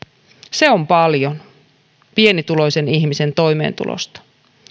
se on paljon pienituloisen ihmisen toimeentulosta